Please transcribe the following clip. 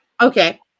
okay